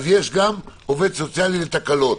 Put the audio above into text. יש גם עובד סוציאלי לתקלות.